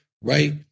right